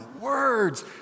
words